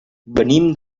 venim